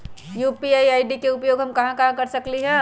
UPI ID के उपयोग हम कहां कहां कर सकली ह?